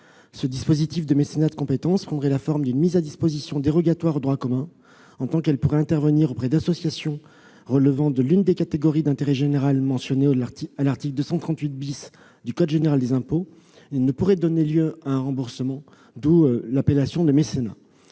Ce dispositif prendrait la forme d'une mise à disposition dérogatoire au droit commun, en tant qu'elle pourrait intervenir auprès d'associations relevant de l'une des catégories d'intérêt général mentionnées à l'article 238 du code général des impôts. Il ne pourrait donner lieu à un remboursement, d'où l'appellation de mécénat.